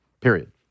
Period